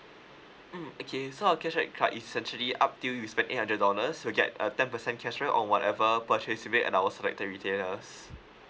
mm okay so our cashback card is actually up till you spent eight hundred dollars will get a ten percent cashback on whatever purchase you made at our selected retailers